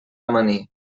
amanir